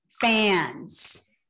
fans